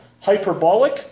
hyperbolic